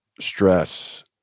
stress